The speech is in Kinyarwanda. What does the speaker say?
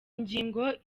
ngingo